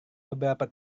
beberapa